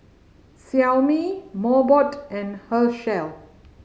Xiaomi Mobot and Herschel